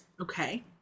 Okay